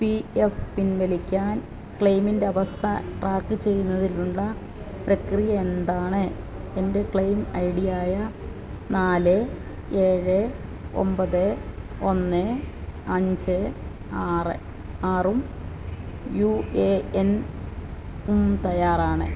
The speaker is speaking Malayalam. പി എഫ് പിൻവലിക്കാന് ക്ലെയിമിൻ്റവസ്ഥ ട്രാക്ക് ചെയ്യുന്നതിനുള്ള പ്രക്രിയ എന്താണ് എൻ്റെ ക്ലെയിം ഐ ഡിയായ നാല് ഏഴ് ഒമ്പത് ഒന്ന് അഞ്ച് ആറ് ആറും യു എ എന്നും തയ്യാറാണ്